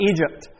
Egypt